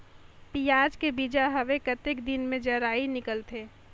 पियाज के बीजा हवे कतेक दिन मे जराई निकलथे?